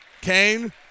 Kane